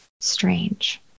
strange